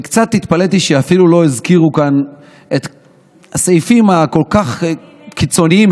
וקצת התפלאתי שאפילו לא הזכירו כאן את הסעיפים הכל-כך קיצוניים,